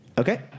Okay